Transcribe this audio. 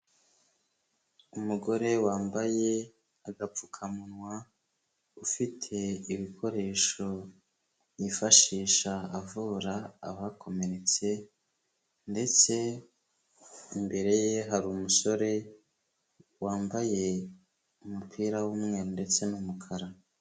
Umugore wambaye agapfukamunwa, ufite ibikoresho yifashisha avura abakomeretse ndetse imbere ye hari umusore wambaye umupira w'umweru ndetse n'umukara.